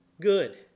good